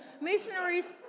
missionaries